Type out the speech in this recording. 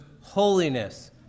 holiness